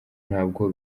ntabwo